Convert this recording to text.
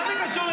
בבקשה.